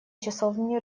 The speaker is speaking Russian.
часовни